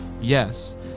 Yes